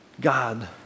God